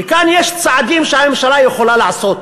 כאן יש צעדים שהממשלה יכולה לעשות.